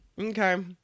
okay